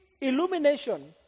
illumination